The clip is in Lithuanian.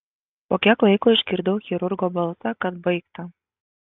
po kiek laiko išgirdau chirurgo balsą kad baigta